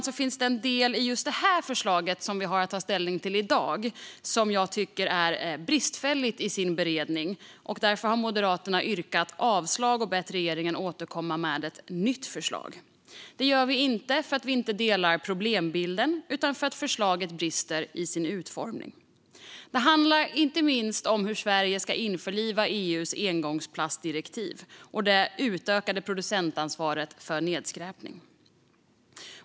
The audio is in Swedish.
Tyvärr finns det en del i just detta förslag som vi har att ta ställning till i dag som jag tycker är bristfällig i fråga om beredningen. Därför har Moderaterna yrkat avslag och bett regeringen återkomma med ett nytt förslag. Det gör vi inte för att vi inte delar problembilden utan för att förslaget brister i sin utformning. Det handlar inte minst om hur Sverige ska införliva EU:s engångsplastdirektiv och det utökade producentansvaret för nedskräpning.